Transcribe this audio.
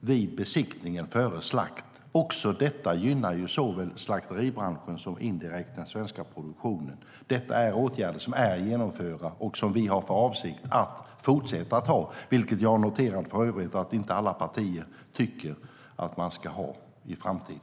vid besiktningen före slakt. Också detta gynnar såväl slakteribranschen som indirekt den svenska produktionen. Detta är åtgärder som är vidtagna, och vi har för avsikt att låta dem fortsätta gälla, vilket jag för övrigt har noterat att inte alla partier tycker bör vara fallet i framtiden.